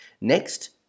next